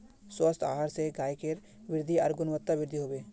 स्वस्थ आहार स गायकेर वृद्धि आर गुणवत्तावृद्धि हबे